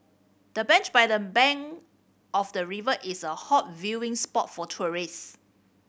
the bench by the bank of the river is a hot viewing spot for tourist